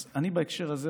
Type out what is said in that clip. אז בהקשר הזה,